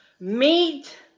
Meet